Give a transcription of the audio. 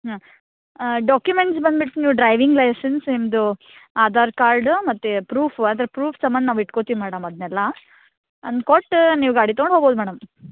ಹಾಂ ಡಾಕ್ಯುಮೆಂಟ್ಸ್ ಬಂದ್ಬಿಟ್ಟು ನೀವು ಡ್ರೈವಿಂಗ್ ಲೈಸೆನ್ಸ್ ನಿಮ್ಮದು ಆಧಾರ್ ಕಾರ್ಡು ಮತ್ತು ಫ್ರೂಫ್ ಅದ್ರ ಫ್ರೂಫ್ ಸಂಬಂಧ ನಾವು ಇಟ್ಕೋತೀವಿ ಮೇಡಮ್ ಅದನ್ನೆಲ್ಲ ಅದ್ನ ಕೊಟ್ಟು ನೀವು ಗಾಡಿ ತಗೊಂಡು ಹೋಗ್ಬೌದು ಮೇಡಮ್